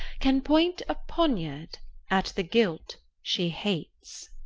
can point a poniard at the guilt she hates.